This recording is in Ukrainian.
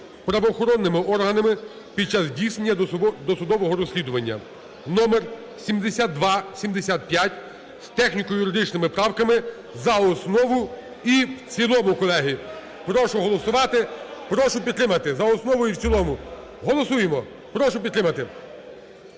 правоохоронними органами під час здійснення досудового розслідування (№ 7275) з техніко-юридичними правками за основу і в цілому, колеги. Прошу голосувати, прошу підтримати за основу і в цілому. Голосуємо. Прошу підтримати.